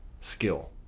skill